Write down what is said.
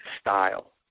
style